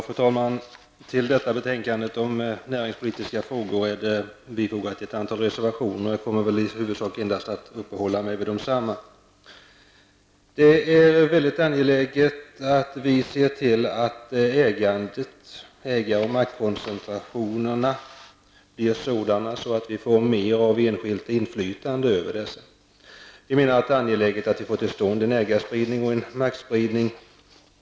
Fru talman! Till detta betänkande om näringspolitiska frågor har fogats ett antal reservationer. Jag kommer att i huvudsak uppehålla mig vid desamma. Det är mycket angeläget att se till att ägar och maktkoncentrationerna blir sådana att vi får mer enskilt inflytande över dessa. Det är alltså angeläget att få till stånd en ägar och maktspridning.